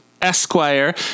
Esquire